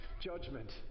judgment